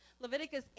Leviticus